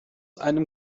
einem